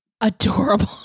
Adorable